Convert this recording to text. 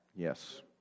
Yes